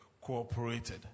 cooperated